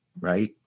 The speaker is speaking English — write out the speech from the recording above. right